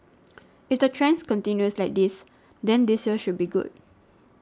if the trend continues like this then this year should be good